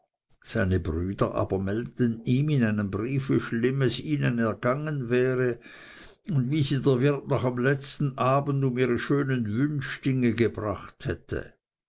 seine brüder aber meldeten ihm in einem briefe wie schlimm es ihnen ergangen wäre und wie sie der wirt noch am letzten abende um ihre schönen wünschdinge gebracht hätte